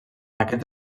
aquests